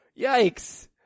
Yikes